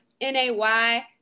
N-A-Y